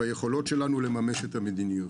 ביכולות שלנו לממש את המדיניות.